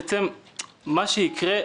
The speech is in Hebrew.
בעצם מה שיקרה,